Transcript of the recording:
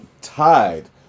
tied